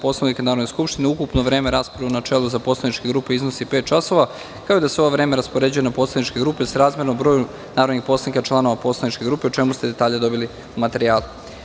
Poslovnika Narodne skupštine ukupno vreme rasprave u načelu za poslaničke grupe iznosi pet časova, kao i da se ovo vreme raspoređuje na poslaničke grupe srazmerno broju narodnih poslanika članova poslaničke grupe, o čemu ste detalje dobili u materijalu.